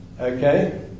Okay